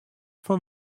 fan